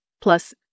Plus